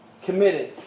committed